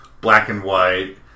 black-and-white